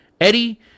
Eddie